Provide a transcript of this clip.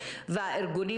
אז בזה